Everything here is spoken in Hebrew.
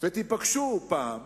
תיפגשו פעם